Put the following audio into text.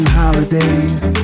holidays